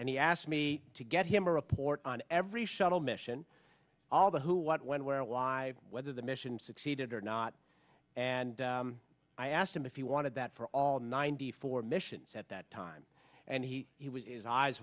and he asked me to get him a report on every shuttle mission all the who what when where and why whether the mission succeeded or not and i asked him if he wanted that for all ninety four missions at that time and he he was his eyes